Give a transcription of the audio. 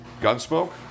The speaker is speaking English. Gunsmoke